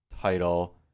title